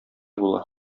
була